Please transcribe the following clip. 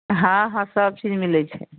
हँ हँ सबचीज मिलैत छै